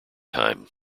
time